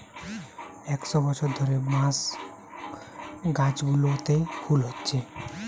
একশ বছর ধরে বাঁশ গাছগুলোতে ফুল হচ্ছে